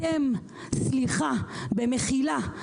סליחה ומחילה,